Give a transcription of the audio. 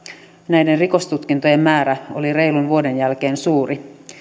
näiden rikostutkintojen määrä oli reilun vuoden jälkeen suuri